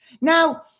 Now